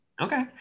Okay